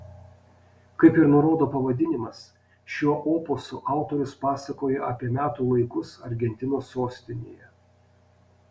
kaip ir nurodo pavadinimas šiuo opusu autorius pasakoja apie metų laikus argentinos sostinėje